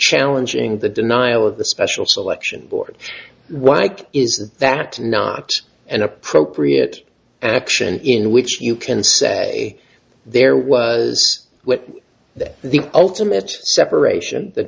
challenging the denial of the special selection board why is that not an appropriate action in which you can say there was that the ultimate separation th